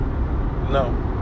no